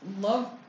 love